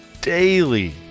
daily